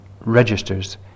registers